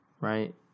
Right